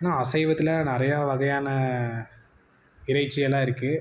ஏனால் அசைவத்தில் நிறையா வகையான இறைச்சியெல்லாம் இருக்குது